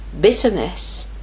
bitterness